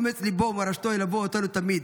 אומץ ליבו ומורשתו ילוו אותנו תמיד.